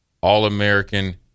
all-American